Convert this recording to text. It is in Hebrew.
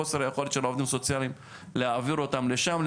חוסר היכולת של העובדים הסוציאליים להעביר אותם לשם,